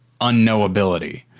unknowability